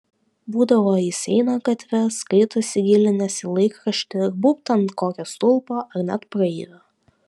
būdavo jis eina gatve skaito įsigilinęs į laikraštį ir būbt ant kokio stulpo ar net praeivio